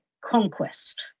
conquest